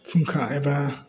फुंखा एबा